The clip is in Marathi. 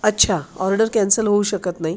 अच्छा ऑर्डर कॅन्सल होऊ शकत नाही